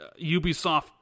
Ubisoft